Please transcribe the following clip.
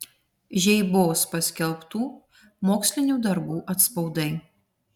žeibos paskelbtų mokslinių darbų atspaudai